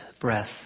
breath